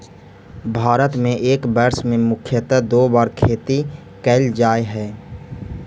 भारत में एक वर्ष में मुख्यतः दो बार खेती कैल जा हइ